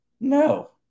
no